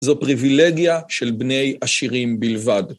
זו פריבילגיה של בני עשירים בלבד.